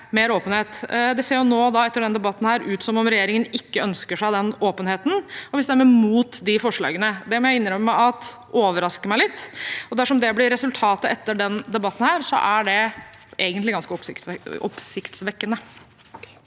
ser det nå ut som om regjeringen ikke ønsker seg den åpenheten, og det stemmes mot de forslagene. Det må jeg innrømme at overrasker meg litt, og dersom det blir resultatet etter denne debatten, er det egentlig ganske oppsiktsvekkende.